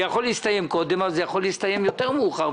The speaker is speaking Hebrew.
זה יכול להסתיים קודם וזה יכול להסתיים יותר מאוחר.